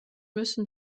müssen